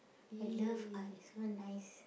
I love art it's so nice